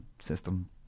system